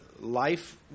life